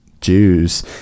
Jews